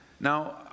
Now